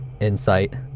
Insight